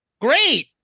Great